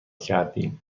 کردیم